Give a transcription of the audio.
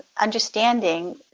understanding